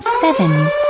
seven